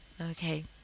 Okay